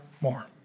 more